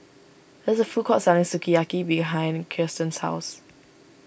there is a food court selling Sukiyaki behind Kiersten's house